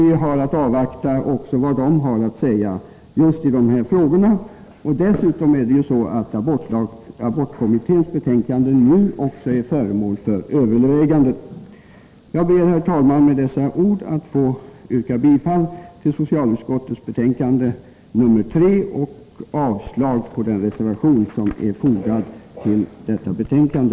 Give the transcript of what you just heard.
Vi har att avvakta också vad den har att säga. Dessutom är abortkommitténs betänkande nu också föremål för överväganden. Jag ber med dessa ord, herr talman, att få yrka bifall till socialutskottets hemställan i betänkande nr 3 och avslag på den reservation av Göte Jonsson som är fogad till detta betänkande.